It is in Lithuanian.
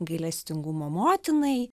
gailestingumo motinai